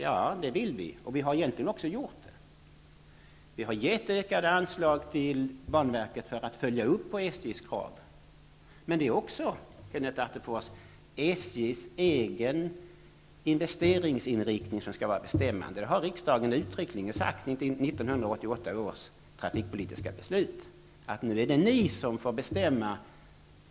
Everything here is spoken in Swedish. Ja, det vill vi också, och vi har egentligen gjort det. Vi har gett ökade anslag till banverket för att följa upp SJ:s krav. Men det är också, Kenneth Attefors, SJ:s egen investeringsinriktning som skall vara bestämmande. Det har riksdagen uttryckligen sagt i 1988 års trafikpolitiska beslut: Nu är det ni som får bestämma!